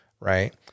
right